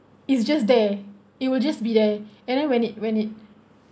it's just there it will just be there and then when it when it